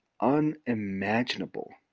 unimaginable